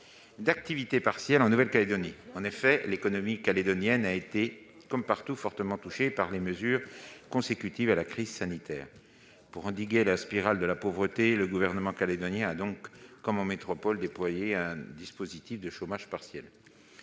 d'activité partielle en Nouvelle-Calédonie. L'économie calédonienne a elle aussi été fortement touchée par les mesures consécutives à la crise sanitaire. Pour endiguer la spirale de la pauvreté, le Gouvernement calédonien a donc, comme en métropole, déployé un dispositif de chômage partiel.